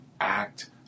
act